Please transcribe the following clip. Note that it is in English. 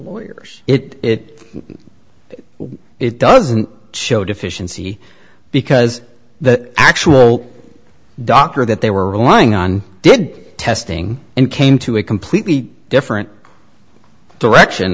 lawyers it it doesn't show deficiency because the actual doctor that they were relying on did testing and came to a completely different direction